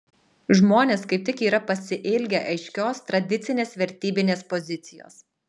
žmonės kaip tik yra pasiilgę aiškios tradicinės vertybinės pozicijos